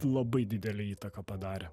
labai didelę įtaką padarė